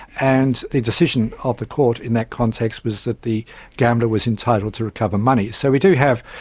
and the decision of the court in that context was that the gambler was entitled to recover money. so we do have,